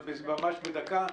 בקצרה.